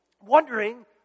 wondering